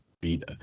beat